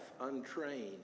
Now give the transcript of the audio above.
untrained